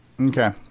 okay